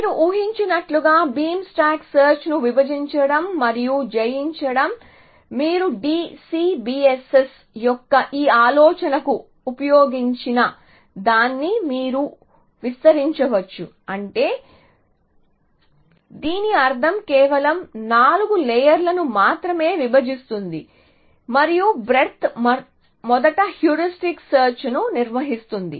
మీరు ఊహించగలిగినట్లుగా beam stack సెర్చ్ను విభజించడం మరియు జయించడం మీరు DC BSS యొక్క ఈ ఆలోచనకు ఉపయోగించిన దాన్ని మీరు విస్తరించవచ్చు అంటే దీని అర్థం ఇది కేవలం 4 లేయర్ లను మాత్రమే విభజిస్తుంది మరియు బ్రేడ్త్ మొదటి హ్యూరిస్టిక్ సెర్చ్ ను నిర్వహిస్తుంది